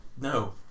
No